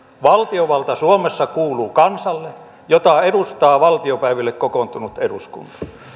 valtiovalta suomessa kuuluu kansalle jota edustaa valtiopäiville kokoontunut eduskunta